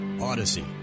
Odyssey